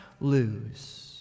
lose